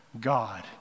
God